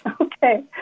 Okay